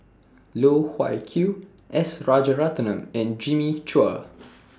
Loh Wai Kiew S Rajaratnam and Jimmy Chua